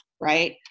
right